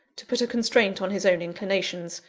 to put a constraint on his own inclinations,